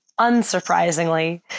unsurprisingly